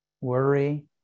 Worry